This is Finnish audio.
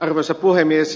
arvoisa puhemies